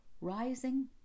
rising